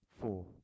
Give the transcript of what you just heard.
four